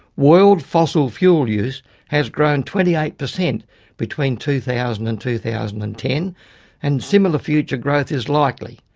world fossil fuel use has grown twenty eight percent between two thousand and two thousand and ten and similar future growth is likely.